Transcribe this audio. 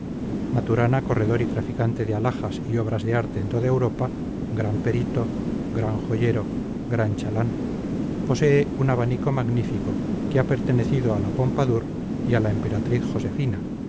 maturana corredor y traficante de alhajas y obras de arte en toda europa gran perito gran joyero gran chalán posee un abanico magnífico que ha pertenecido a la pompadour a la emperatriz josefina